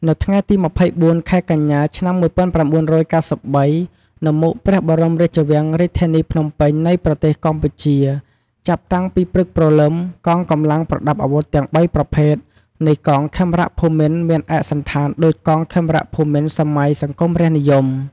នៅថ្ងៃទី២៤ ខែកញ្ញា ឆ្នាំ១៩៩៣ នៅមុខព្រះបរមរាជវាំងរាជធានីភ្នំពេញនៃប្រទេសកម្ពុជាចាប់តាំងពីព្រឹកព្រលឹម កងកម្លាំងប្រដាប់អាវុធទាំងបីប្រភេទនៃកងខេមរភូមិន្ទមានឯកសណ្ឋានដូចកងខេមរភូមិន្ទសម័យសង្គមរាស្ត្រនិយម។